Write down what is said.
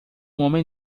homem